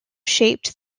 shaped